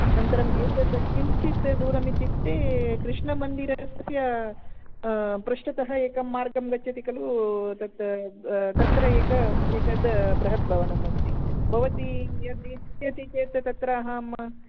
अनन्तरम् एतद् किञ्चित् दूरम् इत्युक्ते कृष्णमन्दिरस्य पृष्टतः एकं मार्गम् गच्छति खलु तद् तत्र एक एतद् बृहत् भवनम् अस्ति भवती यद् इच्चति चेत् तत्र अहं